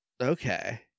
Okay